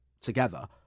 together